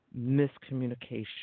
miscommunication